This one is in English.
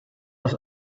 was